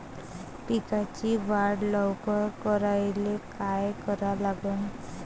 पिकाची वाढ लवकर करायले काय करा लागन?